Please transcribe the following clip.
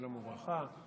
שלום וברכה.